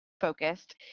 focused